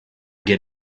get